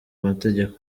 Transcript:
amategeko